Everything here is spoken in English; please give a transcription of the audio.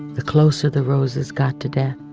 the closer the roses got to death,